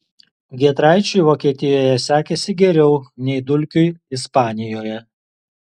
giedraičiui vokietijoje sekėsi geriau nei dulkiui ispanijoje